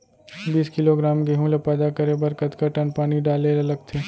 बीस किलोग्राम गेहूँ ल पैदा करे बर कतका टन पानी डाले ल लगथे?